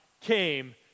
came